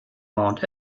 mount